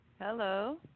Hello